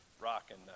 rocking